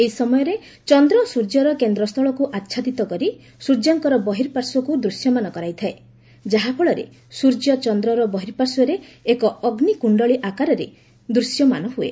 ଏହି ସମୟରେ ଚନ୍ଦ୍ର ସୂର୍ଯ୍ୟର କେନ୍ଦ୍ରସ୍ଥଳକୁ ଆଚ୍ଛାଦିତ କରି ସୂର୍ଯ୍ୟଙ୍କର ବର୍ହିପାର୍ଶ୍ୱକୁ ଦୃଶ୍ୟମାନ କରାଇଥାଏ ଯାହାଫଳରେ ସୂର୍ଯ୍ୟ ଚନ୍ଦ୍ରର ବର୍ହିପାର୍ଶ୍ୱରେ ଏକ ଅଗ୍ନିକୁଣ୍ଡଳୀ ଆକାରରେ ଦୃଶ୍ୟମାନ ହୁଏ